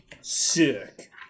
Sick